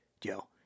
Joe